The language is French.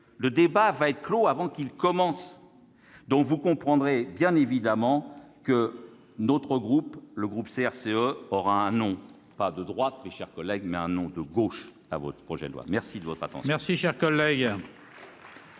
le débat va être clos avant qu'il commence donc vous comprendrez bien évidemment que notre groupe, le groupe CRCE aura hein, non pas de droite, mes chers collègues, mais un non de gauche à votre projet de loi, merci de votre attention.